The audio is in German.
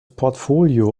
portfolio